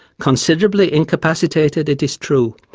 considerably incapacitated it is true,